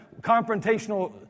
confrontational